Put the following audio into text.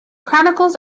chronicles